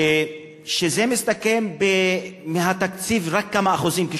שזה מסתכם רק בכמה אחוזים מהתקציב,